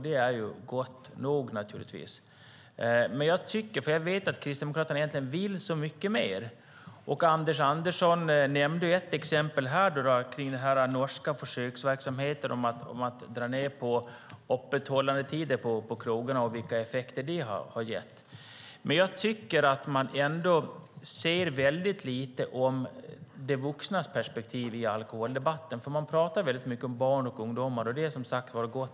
Det är naturligtvis gott nog. Men jag vet att Kristdemokraterna egentligen vill så mycket mer. Anders Andersson nämnde exemplet med den norska försöksverksamheten att dra ned på krogarnas öppethållandetider och vilka effekter det har gett. Jag tycker att man ser väldigt lite av de vuxnas perspektiv i alkoholdebatten. Man talar mycket om barn och ungdomar, och det är, som sagt, gott nog.